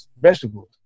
vegetables